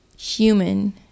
human